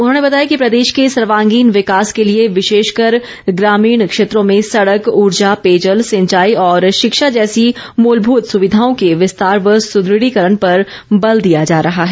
उन्होंने बताया कि प्रदेश के सर्वांगीण विकास के लिए विशेषकर ग्रामीण क्षेत्रों में सड़क ॅऊर्जा पेयजल सिंचाई और शिक्षा जैसी मूलभूत सुविधाओं के विस्तार व सुदृढ़ीकरण पर बल दिया जा रहा है